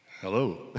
Hello